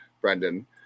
Brendan